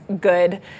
good